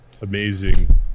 amazing